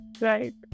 right